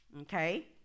okay